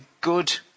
good